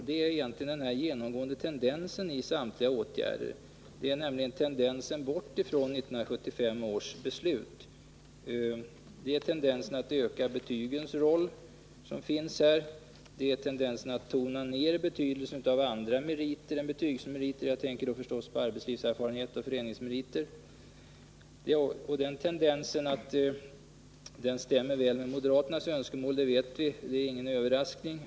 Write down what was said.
Det är den genomgående tendensen i samtliga åtgärder. Tendensen är att vi skall bort från 1975 års beslut, öka betygens roll och tona ner betydelsen av andra meriter än betygsmeriter — jag tänker förstås på arbetslivserfarenhet och föreningsmeriter. Vi vet att denna tendens stämmer väl med moderaternas önskemål — det är ingen överraskning.